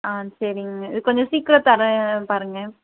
ஆ சரிங்க கொஞ்சம் சீக்கிரம் தர பாருங்கள்